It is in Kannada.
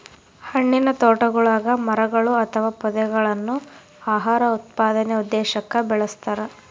ಹಣ್ಣಿನತೋಟಗುಳಗ ಮರಗಳು ಅಥವಾ ಪೊದೆಗಳನ್ನು ಆಹಾರ ಉತ್ಪಾದನೆ ಉದ್ದೇಶಕ್ಕ ಬೆಳಸ್ತರ